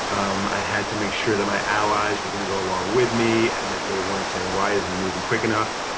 um i had to make sure that my allies were going to go along with me and that they weren't saying why is he and moving quick enough.